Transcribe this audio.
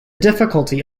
difficulty